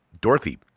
Dorothy